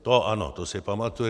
To ano, to si pamatuji.